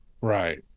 Right